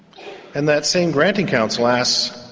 and that same granting council asks,